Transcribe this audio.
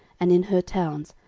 and in her towns,